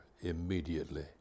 immediately